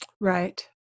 right